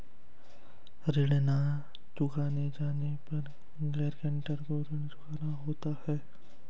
क्या ऋण न चुकाए जाने पर गरेंटर को ऋण चुकाना होता है?